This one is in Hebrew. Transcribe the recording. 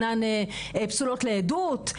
פסולות לעדות,